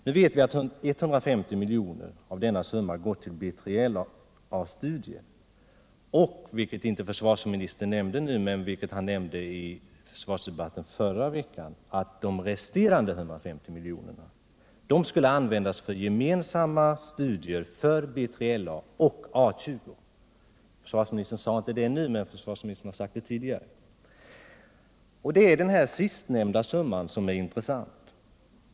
Av denna summa går 150 milj.kr. till BILA studier, och - vilket försvarsministern inte nämnde nu men framhöll i försvarsdebatten förra veckan — den resterande summan skall användas för gemensamma studier för-B3LA och A 20. Det är den sistnämnda posten som är intressant.